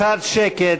קצת שקט.